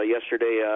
yesterday